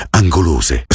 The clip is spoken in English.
angolose